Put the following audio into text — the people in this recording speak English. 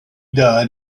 died